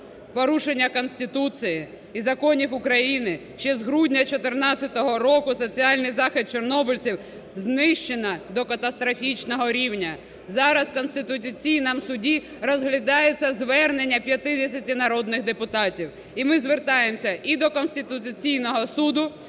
Порушення Конституції і законів України, ще з грудня 14-го року соціальний захист чорнобильців знищено до катастрофічного рівня. Зараз в Конституційному Суді розглядається звернення 50 народних депутатів. І ми звертаємося і до Конституційного Суду,